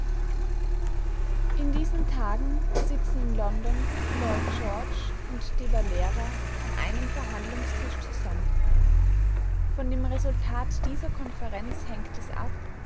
in diesen tagen sitzen in london lloyd george und de valera an einem verhandlungstisch zusammen von dem resultat dieser konferenz hängt es ab